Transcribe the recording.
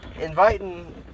Inviting